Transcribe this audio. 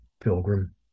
pilgrim